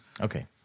Okay